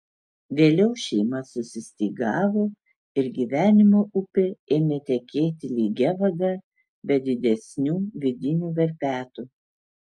vėliau šeima susistygavo ir gyvenimo upė ėmė tekėti lygia vaga be didesnių vidinių verpetų